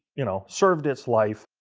you know, served its life,